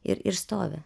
ir ir stovi